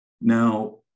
Now